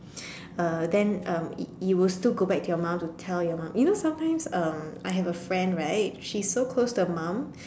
uh then um you you will still go back to your mum to tell your mum you know sometimes um I have a friend right she's so close to her mum